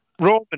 Roman